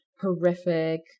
horrific